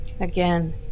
Again